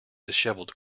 disheveled